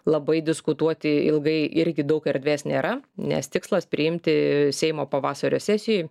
labai diskutuoti ilgai irgi daug erdvės nėra nes tikslas priimti seimo pavasario sesijoj